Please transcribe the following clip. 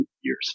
years